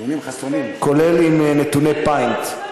כולל עם נתוני פיינט.